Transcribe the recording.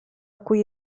cui